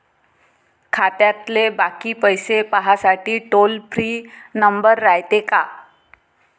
खात्यातले बाकी पैसे पाहासाठी टोल फ्री नंबर रायते का?